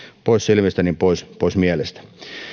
pois silmistä pois pois mielestä